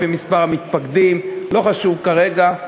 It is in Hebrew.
לפי מספר המתפקדים, לא חשוב כרגע,